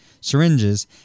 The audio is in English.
syringes